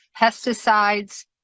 pesticides